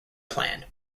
plan